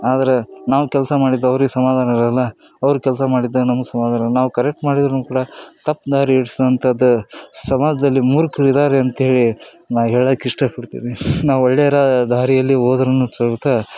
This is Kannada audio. ಆದರೆ ನಾವು ಕೆಲಸ ಮಾಡಿದ್ದು ಅವ್ರಿಗೆ ಸಮಾಧಾನ ಇರೋಲ್ಲ ಅವ್ರ ಕೆಲಸ ಮಾಡಿದ್ದ ನಮಗೆ ಸಮಾಧಾನ ಇರೋಲ್ಲ ನಾವು ಕರೆಕ್ಟ್ ಮಾಡಿದರೂನು ಕೂಡ ತಪ್ಪು ದಾರಿ ಹಿಡಿಸು ಅಂಥದ್ದು ಸಮಾಜದಲ್ಲಿ ಮೂರ್ಖ್ರು ಇದ್ದಾರೆ ಅಂಥೇಳಿ ನಾನು ಹೇಳೋಕೆ ಇಷ್ಟಪಡ್ತೀನಿ ನಾವು ಒಳ್ಳೆಯ ದಾರಿಯಲ್ಲಿ ಹೋದರೂನು ಸಮೇತ